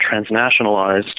transnationalized